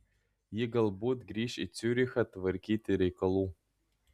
ji galbūt grįš į ciurichą tvarkyti reikalų